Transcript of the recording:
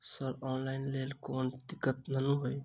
Sir online लैल कोनो दिक्कत न ई नै?